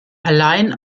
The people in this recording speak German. allein